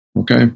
Okay